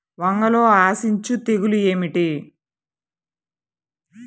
వంగలో ఆశించు తెగులు ఏమిటి?